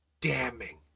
damning